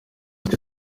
ati